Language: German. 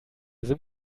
sim